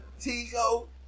Tico